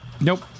Nope